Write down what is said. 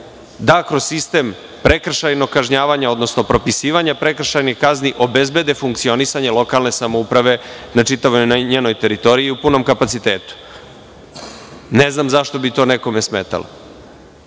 da kroz sistem prekršajnog kažnjavanja, odnosno propisivanja prekršajnih kazni obezbede funkcionisanje lokalne samouprave na čitavoj njenoj teritoriji i u punom kapacitetu. Ne znam zašto bi to nekome smetalo.